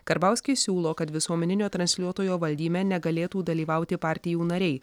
karbauskis siūlo kad visuomeninio transliuotojo valdyme negalėtų dalyvauti partijų nariai